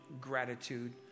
gratitude